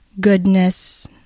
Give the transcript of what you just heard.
goodness